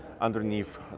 underneath